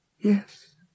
Yes